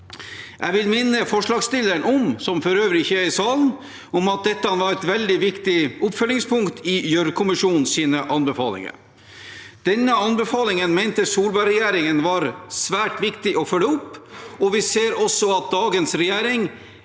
er til stede i salen, om at dette var et veldig viktig oppfølgingspunkt i Gjørv-kommisjonens anbefalinger. Denne anbefalingen mente Solbergregjeringen var svært viktig å følge opp, og vi ser også at dagens regjering